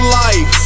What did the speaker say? life